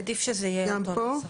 עדיף שזה יהיה אותו נוסח.